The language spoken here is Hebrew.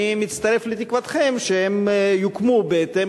אני מצטרף לתקוותכם שהם יוקמו בהתאם